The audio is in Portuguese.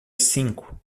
cinco